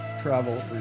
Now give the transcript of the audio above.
Travel